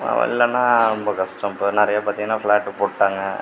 இல்லைன்னா ரொம்ப கஷ்டம் இப்போ நிறையா பார்த்திங்கன்னா பிளாட்டு போட்டுடாங்க